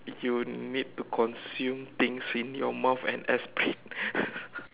you need to consume things in your mouth and explicit